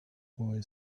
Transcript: boy